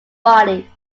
body